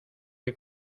que